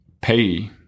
pay